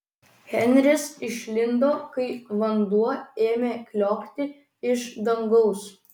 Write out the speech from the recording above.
henris išlindo kai vanduo ėmė kliokti iš dangaus